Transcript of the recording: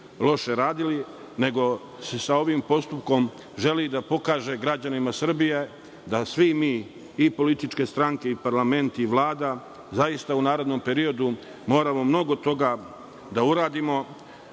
loše radili, nego se sa ovim postupkom želi pokazati građanima Srbije da svi mi, i političke stranke i parlament i Vlada, zaista u narednom periodu moramo mnogo toga da uradimo